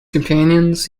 companions